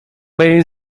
base